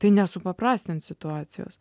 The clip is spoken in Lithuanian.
tai nesupaprastins situacijos